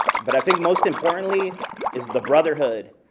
but i think most importantly is the brotherhood.